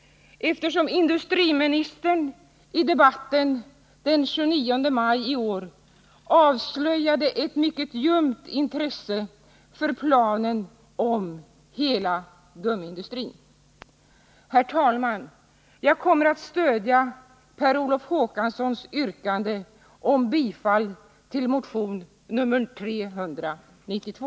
Men i debatten den 29 maj i år avslöjade industriministern ett mycket ljumt intresse för denna plan för hela gummiindustrin. Herr talman! Jag kommer att stödja Per Olof Håkanssons yrkande om bifall till motion 392.